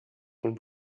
von